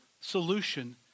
solution